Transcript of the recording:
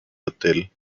hotel